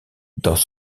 dans